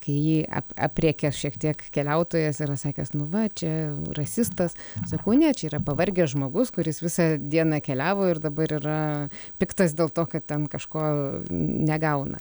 kai jį ap aprėkia šiek tiek keliautojas yra sakęs nu va čia rasistas sakau ne čia yra pavargęs žmogus kuris visą dieną keliavo ir dabar yra piktas dėl to kad ten kažko negauna